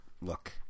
look